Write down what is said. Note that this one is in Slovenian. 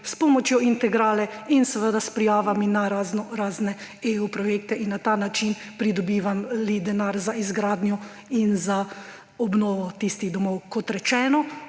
s pomočjo integrale in s prijavami na raznorazne EU projekte in na ta način pridobivali denar za izgradnjo in za obnovo teh domov. Kot rečeno,